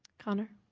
connor?